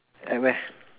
at where